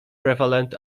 prevalent